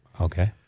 Okay